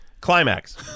Climax